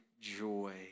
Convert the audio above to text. joy